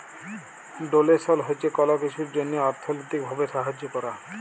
ডোলেসল হছে কল কিছুর জ্যনহে অথ্থলৈতিক ভাবে সাহায্য ক্যরা